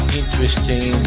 interesting